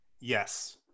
Yes